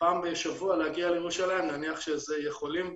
פעם בשבוע להגיע לירושלים אני מניח שזה הם יכולים.